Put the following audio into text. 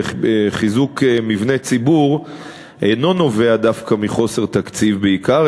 בחיזוק מבני ציבור אינו נובע דווקא מחוסר תקציב בעיקר,